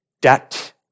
debt